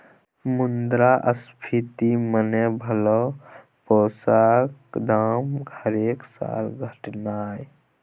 मुद्रास्फीति मने भलौ पैसाक दाम हरेक साल घटनाय